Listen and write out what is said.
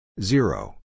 Zero